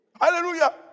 Hallelujah